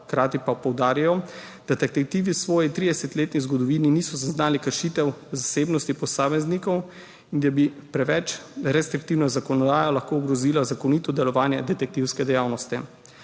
Hkrati pa poudarjajo, da detektivi v svoji 30-letni zgodovini niso zaznali kršitev zasebnosti posameznikov in da bi preveč restriktivna zakonodaja lahko ogrozila zakonito delovanje detektivske dejavnosti.